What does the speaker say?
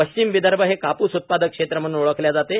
पश्चिम विदर्भ हे काप्स उत्पादक क्षेत्र म्हणून ओळखले जाते